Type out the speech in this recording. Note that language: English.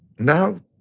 now,